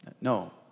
No